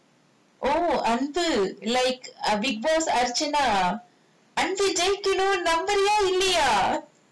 oh Anbu like err bigg boss archana Anbu ஜெயிக்கணும் நம்மளாம் இல்லையா:anbu jeikkanum nammalaam illaiyaa